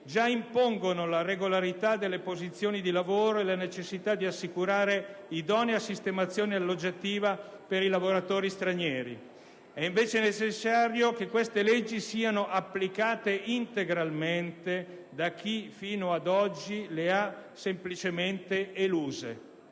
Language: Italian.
già impongono la regolarità delle posizioni di lavoro e la necessità di assicurare idonea sistemazione alloggiativa per i lavoratori stranieri. È invece necessario che queste leggi siano applicate integralmente da chi fino ad oggi le ha semplicemente eluse.